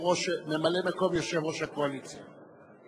(פטור למרכזי יום לאנשים עם מוגבלות),